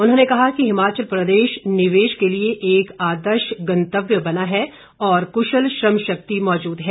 उन्होंने कहा कि हिमाचल प्रदेश निवेश के लिए एक आदर्श गंतव्य बना है और कुशल श्रम शक्ति मौजूद है